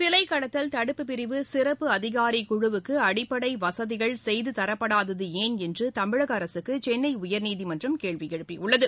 சிலைக் கடத்தல் தடுப்பு பிரிவு சிறப்பு அதிகாரி குழுவுக்கு அடிப்படை வசதிகள் செய்து தரப்படாதது ஏன் என்று தமிழக அரசுக்கு சென்னை உயர்நீதிமன்றம் கேள்வி எழுப்பியுள்ளது